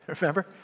remember